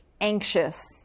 anxious